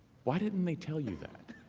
why didn't they tell you that?